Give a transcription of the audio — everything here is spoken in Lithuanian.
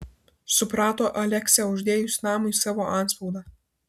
suprato aleksę uždėjus namui savo antspaudą